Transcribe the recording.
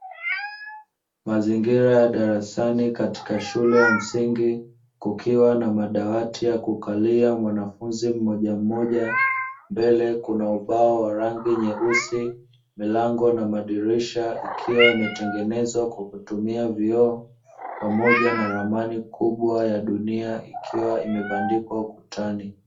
Mazingira ya darasani katika shule ya msingi, kukiwa na madawati ya kukalia mwanafunzi mmojammoja. Mbele kuna ubao wa rangi nyeusi. Milango na madirisha yakiwa yametengenezwa kwa kutumia vioo, pamoja na ramani kubwa ya dunia ikiwa imebandikwa ukutani.